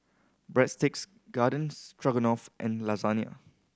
Breadsticks Garden Stroganoff and Lasagna